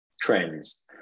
trends